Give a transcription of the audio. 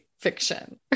fiction